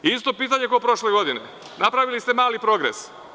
Isto pitanje kao prošle godine – napravili ste mali progres.